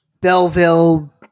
Belleville